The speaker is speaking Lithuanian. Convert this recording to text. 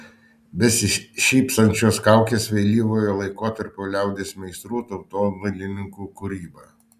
besišypsančios kaukės vėlyvojo laikotarpio liaudies meistrų tautodailininkų kūryba